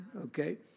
okay